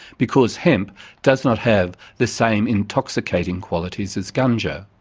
because hemp does not have the same intoxicating qualities as ganga.